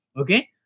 Okay